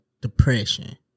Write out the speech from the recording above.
depression